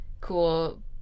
cool